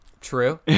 True